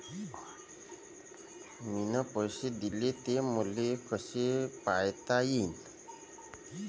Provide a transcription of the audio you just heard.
मिन पैसे देले, ते मले कसे पायता येईन?